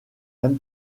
même